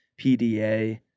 PDA